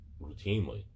routinely